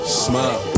smile